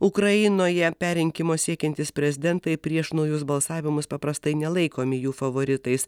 ukrainoje perrinkimo siekiantys prezidentai prieš naujus balsavimus paprastai nelaikomi jų favoritais